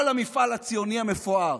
כל המפעל הציוני המפואר